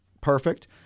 perfect